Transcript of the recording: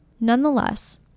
Nonetheless